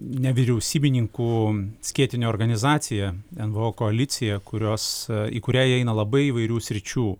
nevyriausybininkų skėtinė organizacija nvo koalicija kurios į kurią įeina labai įvairių sričių